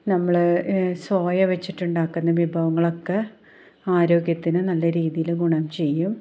നമ്മൾ സോയ വെച്ചിട്ട് ഉണ്ടാക്കുന്ന വിഭവങ്ങളൊക്കെ ആരോഗ്യത്തിനു നല്ല രീതിയിൽ ഗുണം ചെയ്യും